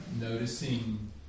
noticing